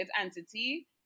entity